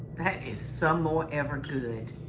that is some more ever good.